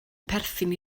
perthyn